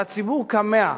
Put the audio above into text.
הציבור כמה,